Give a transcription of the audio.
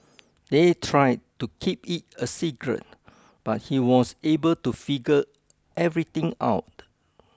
they tried to keep it a secret but he was able to figure everything out